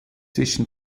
zwischen